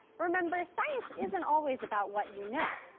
remember science isn't always about what you know,